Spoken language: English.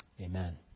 Amen